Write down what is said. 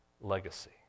legacy